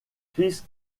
chris